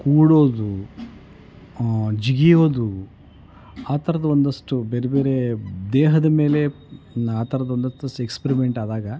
ಕೂಡೋದು ಜಿಗಿಯೋದು ಆ ಥರದ ಒಂದಷ್ಟು ಬೇರೆ ಬೇರೆ ದೇಹದ ಮೇಲೆ ಆ ಥರದ ಒಂದಷ್ಟು ಎಕ್ಸ್ಪರಿಮೆಂಟ್ ಆದಾಗ